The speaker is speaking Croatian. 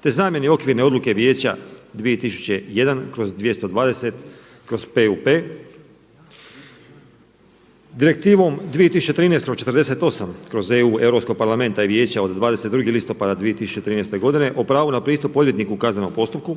te zamjeni okvirne odluke Vijeća 2001/220/PUP, Direktivom 2013/48/EU Europskog parlamenta i Vijeća od 22. listopada 2013. godine o pravu na pristup odvjetniku u kaznenom postupku